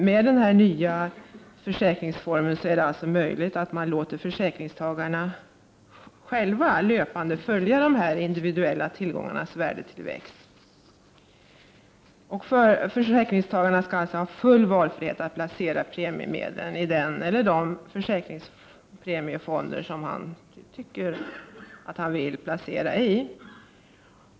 Med den här nya försäkringsformen är det alltså möjligt att man låter försäkringstagarna själva löpande följa de individuella tillgångarnas värdetillväxt. Försäkringstagarna skall alltså ha full valfrihet att placera premiemedlen i den eller de premiefonder som han tycker att han vill placera i.